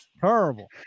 Terrible